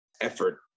effort